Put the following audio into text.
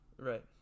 Right